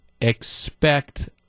expect